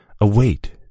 await